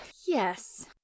Yes